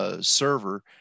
server